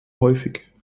häufig